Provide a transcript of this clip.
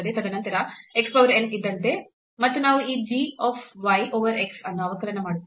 ತದನಂತರ x power n ಇದ್ದಂತೆ ಮತ್ತು ನಾವು ಈ g of y over x ಅನ್ನು ಅವಕಲನ ಮಾಡುತ್ತೇವೆ